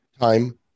Time